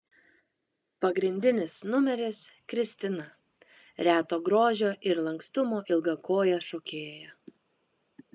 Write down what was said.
pagrindinis numeris kristina reto grožio ir lankstumo ilgakojė šokėja